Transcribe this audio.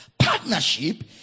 Partnership